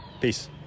Peace